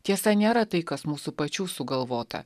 tiesa nėra tai kas mūsų pačių sugalvota